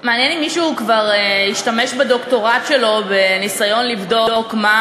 מעניין אם מישהו כבר השתמש בדוקטורט שלו בניסיון לבדוק מה